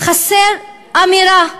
חסר אמירה,